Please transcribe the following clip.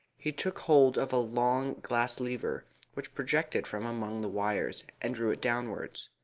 he took hold of a long glass lever which projected from among the wires, and drew it downwards.